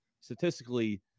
statistically